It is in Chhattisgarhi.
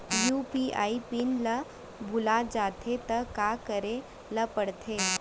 यू.पी.आई पिन ल भुला जाथे त का करे ल पढ़थे?